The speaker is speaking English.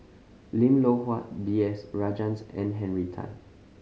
Lim Loh Huat B S Rajhans and Henry Tan